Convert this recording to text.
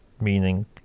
Meaning